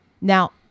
Now